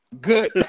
Good